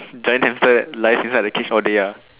giant hamster that lies inside the cage all day ah